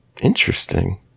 Interesting